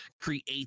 create